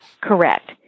Correct